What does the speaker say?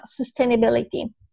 Sustainability